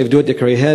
שאיבדו את יקיריהן,